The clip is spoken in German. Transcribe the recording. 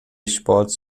sports